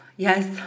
Yes